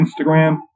Instagram